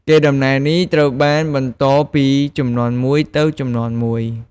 កេរដំណែលនេះត្រូវបានបន្តពីជំនាន់មួយទៅជំនាន់មួយ។